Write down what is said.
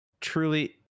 Truly